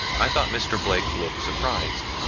i thought mr. blake looked surprised,